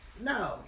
No